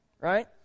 right